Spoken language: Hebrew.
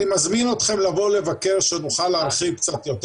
אני מזמין אתכם לבוא לבקר שנוכל להרחיב קצת יותר.